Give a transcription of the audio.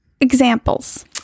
Examples